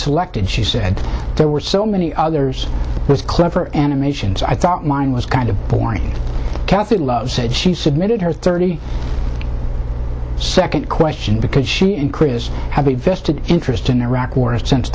selected she said there were so many others those clever animations i thought mine was kind of boring kathy love said she submitted her thirty second question because she and chris have a vested interest in the iraq war and since